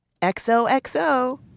xoxo